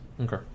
Okay